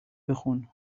بخون